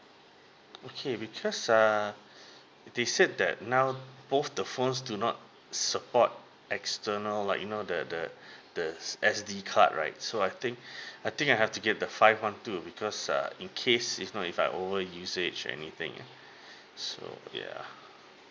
okay because err they said that now both the phones do not support external like you know the the the S_D card right so I think I think I have to get the five one two because err in case if not if I over usage anything so yeah